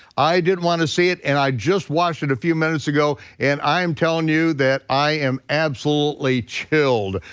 i didn't want to see it, and i just watched it a few minutes ago, and i'm telling you that i am absolutely chilled.